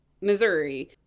Missouri